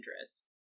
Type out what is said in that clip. interest